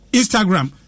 instagram